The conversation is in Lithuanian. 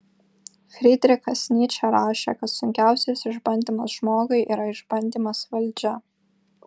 frydrichas nyčė rašė kad sunkiausias išbandymas žmogui yra išbandymas valdžia